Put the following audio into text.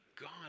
God